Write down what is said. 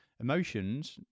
emotions